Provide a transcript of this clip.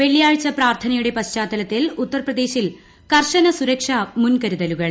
വെള്ളിയാഴ്ച പ്രാർത്ഥന്യുടുട്ട് പശ്ചാത്തലത്തിൽ ഉത്തർപ്രദേശിൽ കർശ്ന് സുരക്ഷാ മുൻകരുതലുകൾ